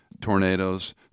tornadoes